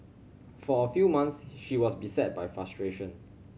for a few months she was beset by frustration